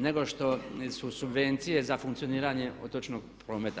nego što su subvencije za funkcioniranje otočnog prometa.